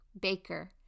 BAKER